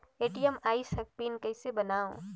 ATM आइस ह pin कइसे बनाओ?